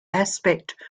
aspect